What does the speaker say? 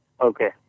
Okay